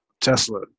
Tesla